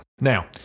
Now